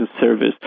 service